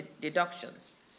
deductions